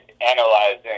analyzing